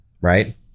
right